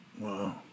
Wow